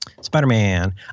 Spider-Man